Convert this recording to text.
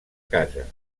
casa